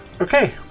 Okay